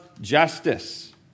justice